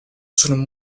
sono